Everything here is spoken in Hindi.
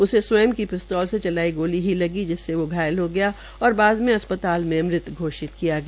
उसे स्वयं की पिस्तौल से चलाई गोली ही लगी जिससे वो घायल हो गया और बाद में अस्पताल में मृत घोषित कर दिया गया